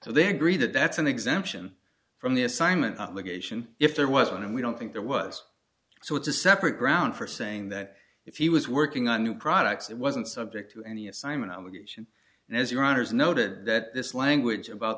so they agree that that's an exemption from the assignment obligation if there was one and we don't think there was so it's a separate ground for saying that if he was working on new products it wasn't subject to any assignment of action and as your honour's noted that this language about